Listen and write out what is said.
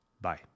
Bye